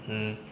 hmm